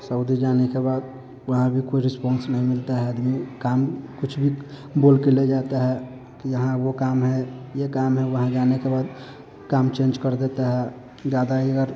Saudi जाने के बाद वहाँ भी कोई रिस्पान्स नहीं मिलता है आदमी काम कुछ भी बोलकर ले जाता है कि यहाँ वह काम है यह काम है वहाँ जाने के बाद काम चेन्ज कर देता है ज़्यादा ही अगर